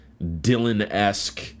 Dylan-esque